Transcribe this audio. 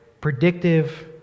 predictive